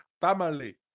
Family